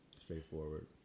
Straightforward